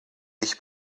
dich